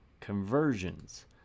conversions